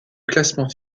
classement